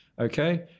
okay